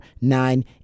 nine